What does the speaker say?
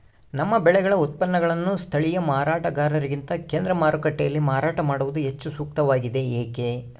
ನಮ್ಮ ಬೆಳೆಗಳ ಉತ್ಪನ್ನಗಳನ್ನು ಸ್ಥಳೇಯ ಮಾರಾಟಗಾರರಿಗಿಂತ ಕೇಂದ್ರ ಮಾರುಕಟ್ಟೆಯಲ್ಲಿ ಮಾರಾಟ ಮಾಡುವುದು ಹೆಚ್ಚು ಸೂಕ್ತವಾಗಿದೆ, ಏಕೆ?